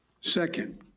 second